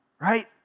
right